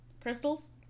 crystals